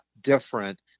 different